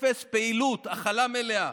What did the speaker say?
אפס פעילות, הכלה מלאה.